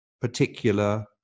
particular